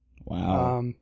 Wow